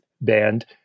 band